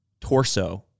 torso